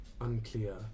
unclear